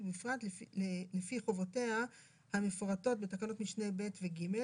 ובפרט לפי חובותיה המפורטות בתקנות משנה (ב) ו-(ג)